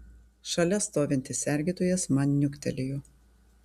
šalia stovintis sergėtojas man niuktelėjo